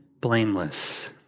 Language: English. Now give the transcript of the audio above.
blameless